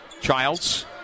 Childs